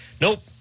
Nope